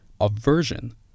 aversion